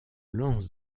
lance